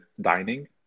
dining